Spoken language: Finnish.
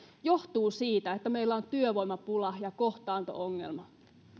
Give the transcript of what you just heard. on se että meillä on työvoimapula ja kohtaanto ongelma